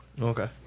Okay